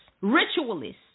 ritualists